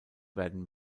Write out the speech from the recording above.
werden